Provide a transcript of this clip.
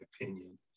opinion